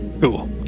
Cool